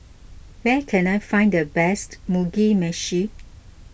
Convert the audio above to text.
where can I find the best Mugi Meshi